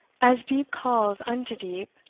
as deep calls unto deep,